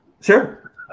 Sure